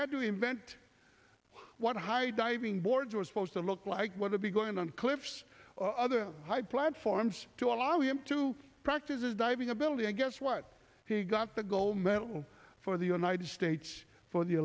had to invent what high diving boards were supposed to look like what would be going on cliffs other high platforms to allow him to practice diving ability i guess what he got the gold medal for the united states for the